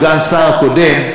סגן שר האוצר הקודם,